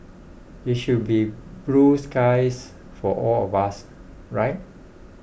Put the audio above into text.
it should be blue skies for all of us right